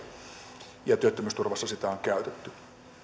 oli aivan oikea ja työttömyysturvassa sitä on käytetty